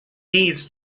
deeds